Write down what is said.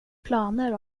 planer